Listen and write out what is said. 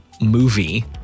movie